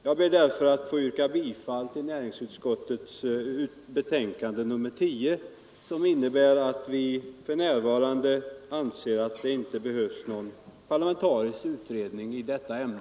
Jag ber därför att få yrka bifall till näringsutskottets hemställan i betänkandet nr 10, som innebär att vi för närvarande anser att det inte behövs någon parlamentarisk utredning i detta ämne.